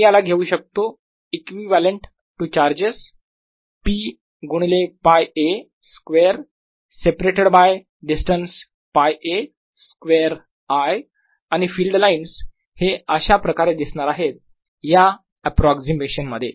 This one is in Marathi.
मी याला घेऊ शकतो इक्विवलेंट टू चार्जेस p गुणिले π a square separated by distance π a square l आणि फिल्ड लाइन्स हे अशा प्रकारे दिसणार आहेत या ऍप्रॉक्सिनेशन मध्ये